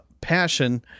passion